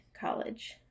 college